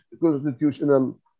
constitutional